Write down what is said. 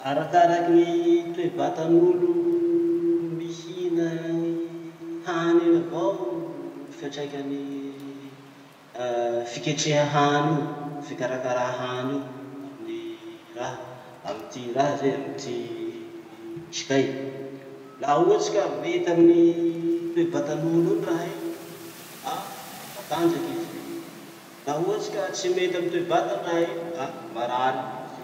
Arakarakin'ny toebatan'olo mihina ny hany iny avao ny fiatraikan'ny fiketreha hany io, fikarakara hany io, amin'ny raha amy ty raha zay amy ty otrikay. Laha ohatsy ka mety amin'ny toe-batan'olo iny raha iny, ah la matanjaky i zay, laha ohatsy ka tsy mety amy toe-batany raha iny, ah marary koa izy zay.